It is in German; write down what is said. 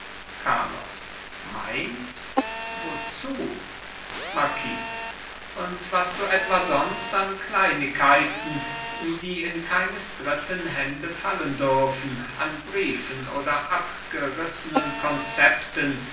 carlos meins wozu marquis und was du etwa sonst an kleinigkeiten die in keines dritten hände fallen dürfen an briefen oder abgerissenen konzepten